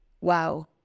Wow